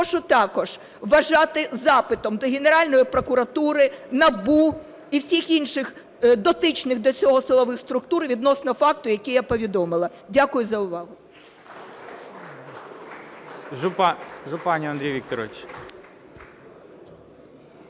прошу також вважати запитом до Генеральної прокуратури, НАБУ і всіх інших дотичних до цього силових структур відносно факту, який я повідомила. Дякую за увагу.